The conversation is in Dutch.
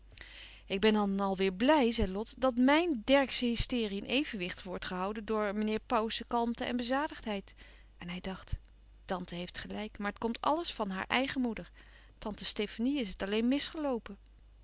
ik ben dan al weêr blij zei lot dat mijn dercksz sche hysterie in evenwicht wordt gehouden door meer pauwsche kalmte en bezadigdheid en hij dacht tante heeft gelijk maar het komt alles van haar eigen moeder tante stefanie is het alleen misgeloopen